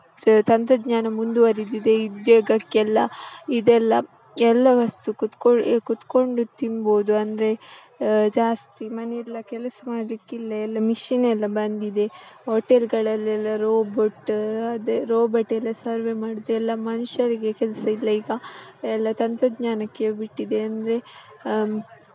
ತಂತ್ರಜ್ಞಾನ ಮುಂದುವರಿದಿದೆ ಉದ್ಯೋಗಕ್ಕೆಲ್ಲಾ ಇದೆಲ್ಲ ಎಲ್ಲ ವಸ್ತು ಕುತ್ಕೊಳ ಈಗ ಕೂತ್ಕೊಂಡು ತಿನ್ಬೋದು ಅಂದರೆ ಜಾಸ್ತಿ ಮನೆಯೆಲ್ಲ ಕೆಲಸ ಮಾಡಲಿಕ್ಕಿಲ್ಲ ಎಲ್ಲ ಮಿಷಿನ್ ಎಲ್ಲ ಬಂದಿದೆ ಹೋಟೆಲ್ಗಳಲೆಲ್ಲ ರೋಬೋಟ್ ಅದೇ ರೋಬೋಟ್ ಎಲ್ಲ ಸರ್ವೆ ಮಾಡೋದು ಎಲ್ಲ ಮನುಷ್ಯರಿಗೆ ಕೆಲಸ ಇಲ್ಲ ಈಗ ಎಲ್ಲ ತಂತ್ರಜ್ಞಾನಕ್ಕೆ ಬಿಟ್ಟಿದೆ ಅಂದರೆ